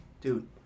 dude